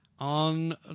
On